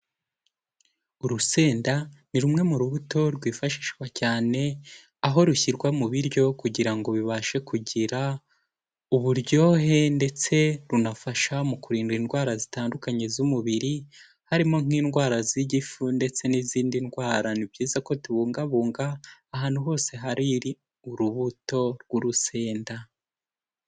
Urusenda ni rumwe mu rubuto rwifashishwa cyane, aho rushyirwa mu biryo kugira ngo bibashe kugira uburyohe ndetse runafasha mu kurinda indwara zitandukanye z'umubiri harimo nk'indwara z'igifu, ndetse n'izindi ndwara, ni byiza ko tubungabunga ahantu hose hari urubuto rw'urusenda.